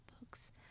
books